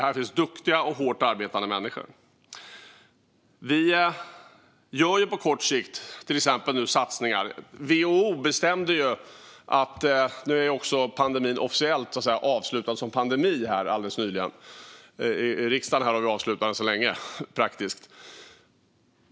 Här finns duktiga och hårt arbetande människor. Vi gör på kort sikt olika satsningar. WHO bestämde alldeles nyligen att pandemin nu är officiellt avslutad som pandemi. Här i riksdagen är den sedan länge avslutad - praktiskt.